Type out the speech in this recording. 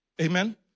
Amen